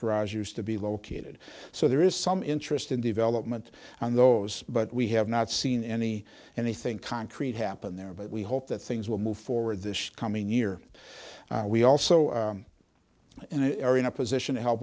garage used to be located so there is some interest in development on those but we have not seen any anything concrete happen there but we hope that things will move forward this coming year we also and i are in a position to help